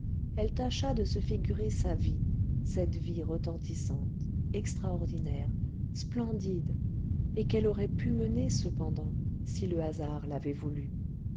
elle tâcha de se figurer sa vie cette vie retentissante extraordinaire splendide et qu'elle aurait pu mener cependant si le hasard l'avait voulu